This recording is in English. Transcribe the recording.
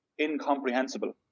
incomprehensible